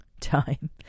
time